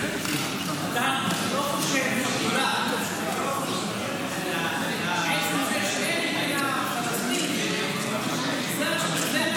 אתה לא חושב שאולי עצם זה שאין מדינה פלסטינית זה מה